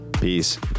Peace